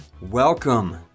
welcome